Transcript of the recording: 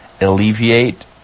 alleviate